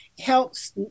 helps